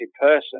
person